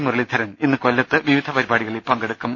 മുരളീധരൻ ഇന്ന് കൊല്ലത്ത് വിവിധ പരിപാടികളിൽ പങ്കെടുക്കും